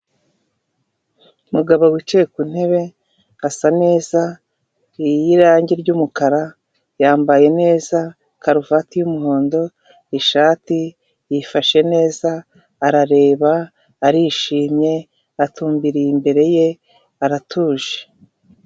Umugabo wicaye ku ntebe, arasa neza, yirangi ry'umukara, yambaye neza karuvati y'umuhondo ishati yifashe neza, arareba, arishimye atumbiriye imbere ye aratuje.